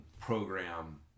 program